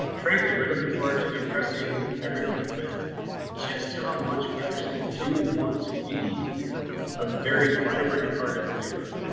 frankly, we're looking forward to impressing everybody with just how much we actually do. want to be a very vibrant part of the neighborhood.